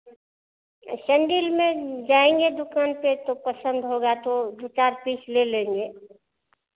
sandal में जाएँगे दुकान पे तो पसंद होगा तो दो चार पीस ले लेंगे